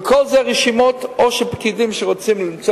וכל זה רשימות או פקידים שרוצים למצוא